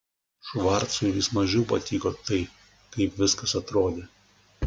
švarcui vis mažiau patiko tai kaip viskas atrodė